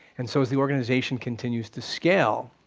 and so as the orginization continues to scale,